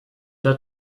der